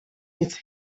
his